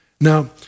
Now